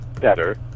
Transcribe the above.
better